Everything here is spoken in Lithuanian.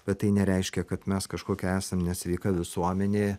bet tai nereiškia kad mes kažkokia esam nesveika visuomenė